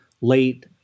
late